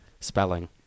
spelling